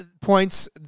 points